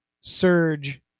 surge